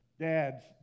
dads